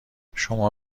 شما